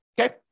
okay